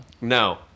no